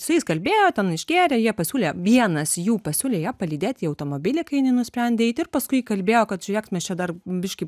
su jais kalbėjo ten išgėrė jie pasiūlė vienas jų pasiūlė ją palydėt į automobilį kai jinai nusprendė eit ir paskui įkalbėjo kad žiūrėk mes čia dar biškį